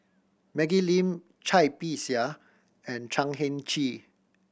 Maggie Lim Cai Bixia and Chan Heng Chee